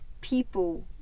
people